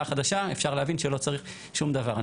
החדשה אפשר להבין שלא צריך שום דבר.